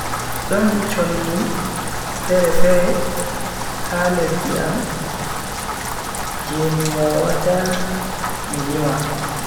Don cholli fere-fere ha lesdi am je mi wawata mi lima.